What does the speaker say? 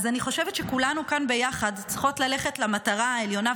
אז אני חושבת שכולנו כאן ביחד צריכות ללכת למטרה העליונה,